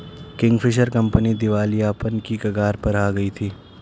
Kingfisher company दिवालियापन की कगार पर आ गई थी